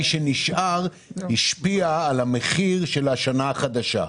שנשאר השפיע על המחיר של השנה החדשה,